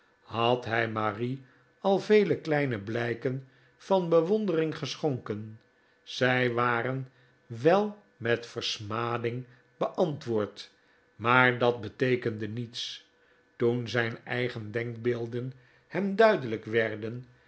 had hij marie al vele kleine blijken van bewondering geschonken zij waren wel met versmading beantwoord maar dat beteekende niets toen zijn eigen denkbeelden hem duidelijker werden